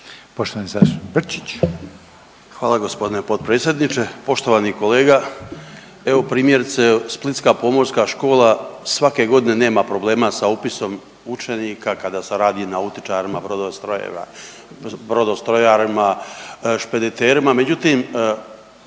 Luka (HDZ)** Hvala gospodine potpredsjedniče. Poštovani kolega, evo primjerice Splitska pomorska škola svake godine nema problema sa upisom učenika kada se radi o nautičarima brodostrojarima, špediterima. Međutim,